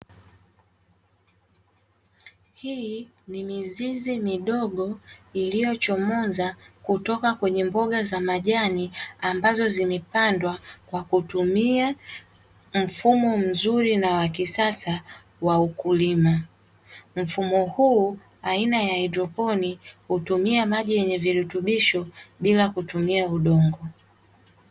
Hii ni mizizi midogo iliyochomoza kutoka kwenye mboga za majani ambazo zimepandwa kwa kutumia mfumo mzuri na wa kisasa wa ukulima. mfumo huu aina ya haidroponi hutumia maji yenye virutubisho bila kutumia udongo.